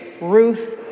Ruth